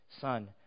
Son